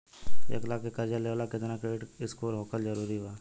एक लाख के कर्जा लेवेला केतना क्रेडिट स्कोर होखल् जरूरी बा?